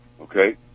Okay